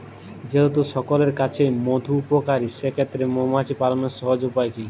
যেহেতু সকলের কাছেই মধু উপকারী সেই ক্ষেত্রে মৌমাছি পালনের সহজ উপায় কি?